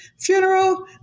funeral